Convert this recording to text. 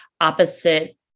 opposite